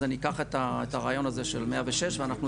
אז אני אקח את הרעיון הזה של 106 ואנחנו